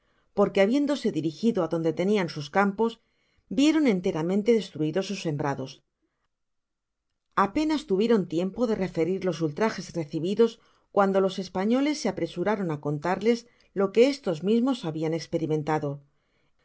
porque habiéndose dirigido adonde tenian sus campos vieron enteramente destruidos sus sembrados apenas tuvieron tiempo de referir los ultrajes recibidos cuando los espolioles se apresuraron á contarles los que estos mismos habian esperimentado era